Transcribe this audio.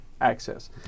access